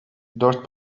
dört